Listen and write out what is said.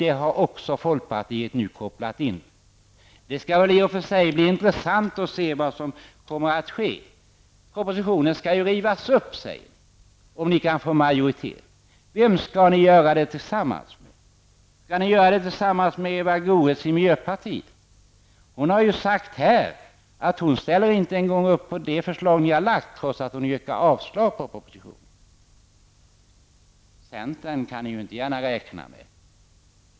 Den linjen har nu också folkpartiet slagit in på. Det skall i och för sig bli intressant att se vad som kommer att ske. Propositionen skall ju rivas upp, säger ni, om ni kan få majoritet. Vem skall ni göra det tillsammans med? Skall ni göra det tillsammans med Eva Goe s i miljöpartiet? Hon har ju sagt här att hon ställer inte en gång upp på det förslag ni har lagt fram, trots att hon yrkar avslag på propositionen. Centern kan ni inte gärna räkna med.